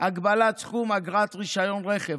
הגבלת סכום אגרת רישיון רכב,